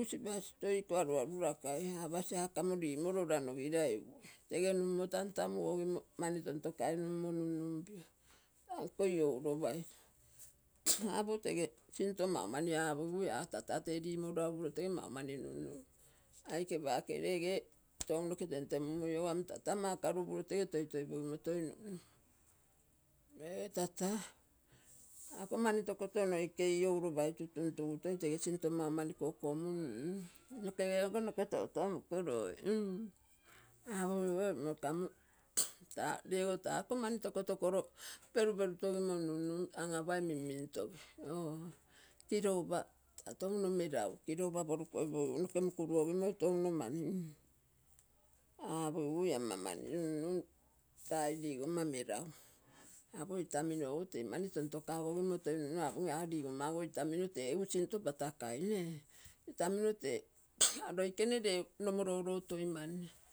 usipasi toi iko aiairakakai apasi aa kamo rimorora nogirai upui. tege nunnumo tantamugogimo mani tontokai inummo nunun pio tanko iouropaitu apo tege sinto mau mai aa pogigui aa tata te rimorora upuro tege mau mani nunnun aike pake rege tou noke tentemummoi amo tata toi makoro upuro tege toitoi pogimo nunnun lopa ee taa ako mani tokoto noikei louropaitu tuntugu toi tege sinto mau mani kokomun nunnun. Nokege ogo noke toutou mukurui apogiguo mm kamo taa ree go ta ako mani tokoto tege koro peruperu togimo nunnun. Anapai minmin togi oo. Kirogupa ta touno meragu, kirogupa porukoipogigu noke mukuruogimoi touno mani. Aapogigui ama mani nunnun tai rigomma meragu, apo itamino ogo te mani tontokakogimo toi nunnun apogim aga rigomma itamino tee egu sinto patakai nee itami tee loikene ree nomo roro toimanne.